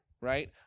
right